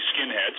skinheads